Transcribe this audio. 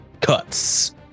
cuts